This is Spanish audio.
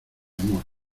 amor